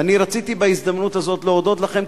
ואני רציתי בהזדמנות הזו להודות לכם,